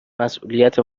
مسئولیت